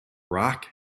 rock